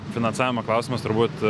finansavimo klausimas turbūt